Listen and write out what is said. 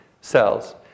cells